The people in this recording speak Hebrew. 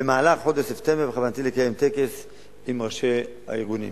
במהלך חודש ספטמבר בכוונתי לקיים טקס עם ראשי הארגונים.